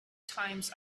times